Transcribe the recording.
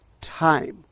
time